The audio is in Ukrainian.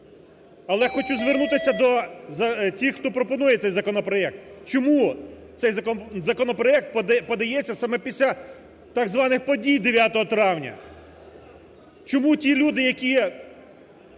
Але хочу звернутися до тих, хто пропонує цей законопроект. Чому цей законопроект подається саме після так званих подій 9 травня, чому ті люди, які